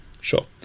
Sure